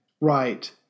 Right